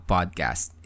Podcast